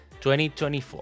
2024